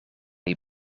die